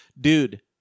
Dude